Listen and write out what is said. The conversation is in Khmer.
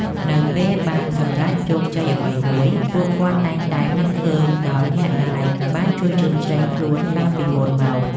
នៅពេលបានសម្រេចជោគជ័យអ្វីមួយ ពួកគាត់តែងតែនឹកឃើញដល់អ្នកដែលបានជួយជ្រោមជ្រែងខ្លួនកាលពីមុនមក។